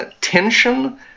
tension